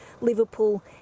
Liverpool